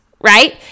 right